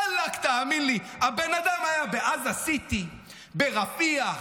ואלכ, תאמין לי, הבן-אדם היה בעזה סיטי, ברפיח,